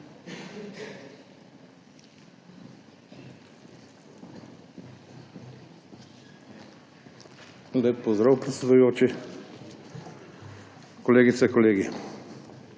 Lep pozdrav, predsedujoči. Kolegice, kolegi!